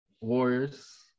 Warriors